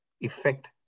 effect